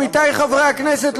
עמיתי חברי הכנסת,